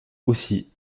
aussi